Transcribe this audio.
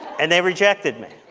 and they rejected me.